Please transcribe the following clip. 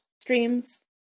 streams